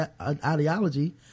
ideology